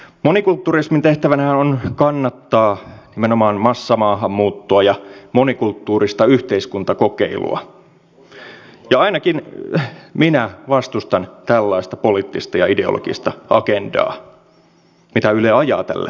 monikultturismin tehtävänä on kannattaa nimenomaan massamaahanmuuttoa ja monikulttuurista yhteiskuntakokeilua ja ainakin minä vastustan tällaista poliittista ja ideologista agendaa mitä yle ajaa tällä hetkellä